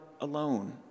alone